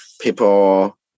people